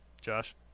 Josh